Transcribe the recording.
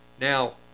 Now